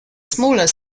smaller